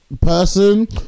person